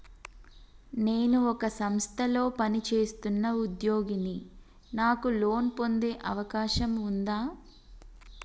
నేను ఒక సంస్థలో పనిచేస్తున్న ఉద్యోగిని నాకు లోను పొందే అవకాశం ఉందా?